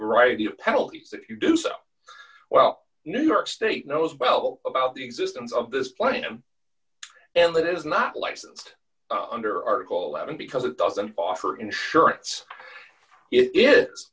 variety of penalties if you do so well new york state knows well about the existence of this plan and that is not licensed under article and because it doesn't offer insurance it is